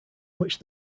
which